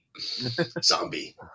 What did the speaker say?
Zombie